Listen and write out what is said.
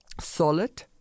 solid